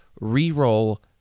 re-roll